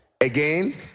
Again